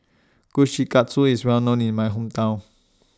Kushikatsu IS Well known in My Hometown